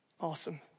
Awesome